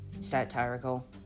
satirical